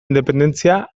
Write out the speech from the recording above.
independentzia